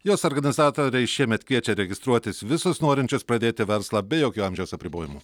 jos organizatoriai šiemet kviečia registruotis visus norinčius pradėti verslą be jokių amžiaus apribojimų